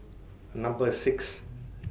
Number six